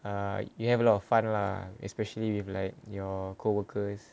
err you have a lot of fun lah especially with like your co-workers